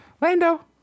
Lando